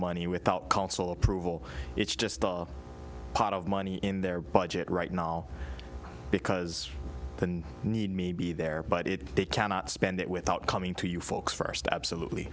money without council approval it's just a pot of money in their budget right now because they need me be there but if they cannot spend it without coming to you folks first absolutely